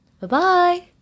Bye-bye